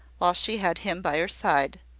while she had him by her side.